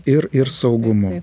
ir ir saugumu